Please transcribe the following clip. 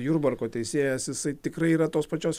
jurbarko teisėjas jisai tikrai yra tos pačios